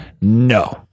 No